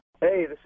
Hey